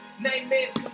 nightmares